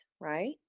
right